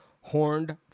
Horned